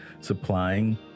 supplying